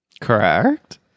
correct